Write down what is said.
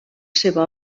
seva